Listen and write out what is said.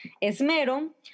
esmero